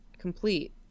complete